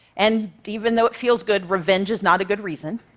and even though it feels good, revenge is not a good reason.